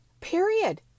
Period